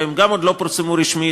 והן גם עוד לא פורסמו רשמית,